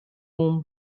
room